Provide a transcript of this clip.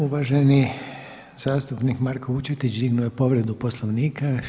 Uvaženi zastupnik Marko Vučetić dignuo je povredu Poslovnika.